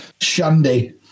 Shandy